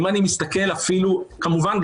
כמובן,